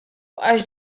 għax